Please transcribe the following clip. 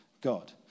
God